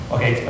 Okay